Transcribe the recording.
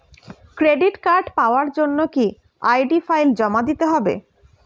Credit card পাওয়ার জন্য কি আই.ডি ফাইল জমা দিতে হবে?